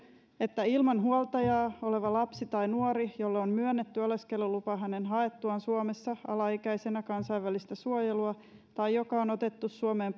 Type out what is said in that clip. että ilman huoltajaa oleva lapsi tai nuori jolle on myönnetty oleskelulupa hänen haettuaan suomessa alaikäisenä kansainvälistä suojelua tai joka on otettu suomeen